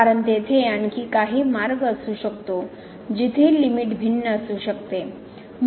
कारण तेथे आणखी काही मार्ग असू शकतो जिथे लिमिट भिन्न असू शकते